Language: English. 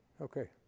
Okay